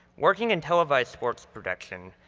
working in televised sports production,